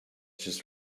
just